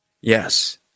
Yes